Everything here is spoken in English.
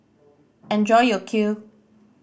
enjoy your Kheer